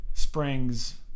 springs